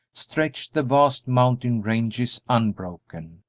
stretched the vast mountain ranges, unbroken,